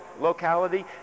locality